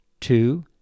two